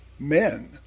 men